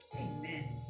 amen